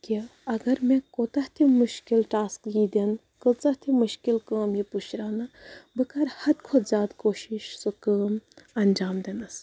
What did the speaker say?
کہِ اگر مےٚ کوتاہ تہِ مُشکِل ٹاسٕکۍ یی دِنہٕ کۭژاہ تہِ مُشکِل کٲم یی پٕشراونہٕ بہٕ کَرٕ حدٕ کھۄتہٕ زیادٕ کوٗشِش سۄ کٲم اَنجام دِنَس